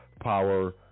power